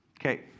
Okay